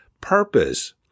purpose